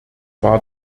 war